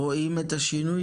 רואים את השינוי?